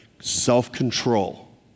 Self-control